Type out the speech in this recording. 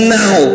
now